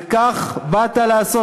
וכך באת לעשות.